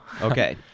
Okay